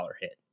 hit